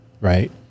right